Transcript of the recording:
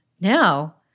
Now